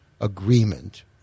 agreement